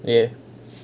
ya